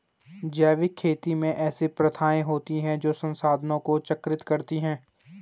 जैविक खेती में ऐसी प्रथाएँ होती हैं जो संसाधनों को चक्रित करती हैं